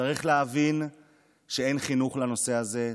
צריך להבין שאין חינוך לנושא הזה.